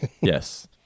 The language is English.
Yes